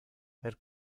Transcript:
per